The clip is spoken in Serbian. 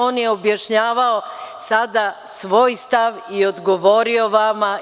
On je objašnjavao sada svoj stav i odgovorio vama.